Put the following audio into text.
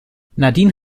nadine